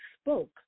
spoke